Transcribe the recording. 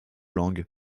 langue